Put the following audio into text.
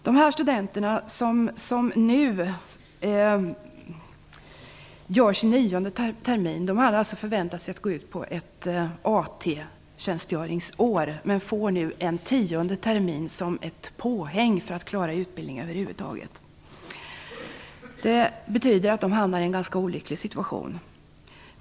De studenter som nu gör sin nionde termin hade väntat sig att de nu skulle gå ut på ett AT-tjänstgöringsår, men de får nu en tionde termin som ett påhäng. Det betyder att de hamnar i en ganska olycklig situation.